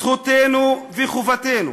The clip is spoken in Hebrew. זכותנו וחובתנו,